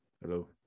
Hello